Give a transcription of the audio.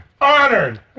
honored